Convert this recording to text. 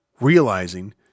realizing